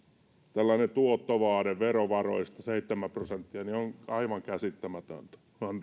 tällainen tuottovaade verovaroista seitsemän prosenttia on aivan käsittämätöntä